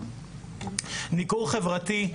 ניכור חברתי,